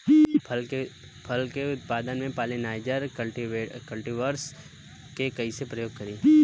फल के उत्पादन मे पॉलिनाइजर कल्टीवर्स के कइसे प्रयोग करी?